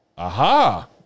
Aha